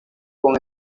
con